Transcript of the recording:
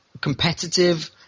competitive